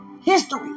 History